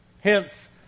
Hence